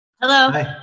Hello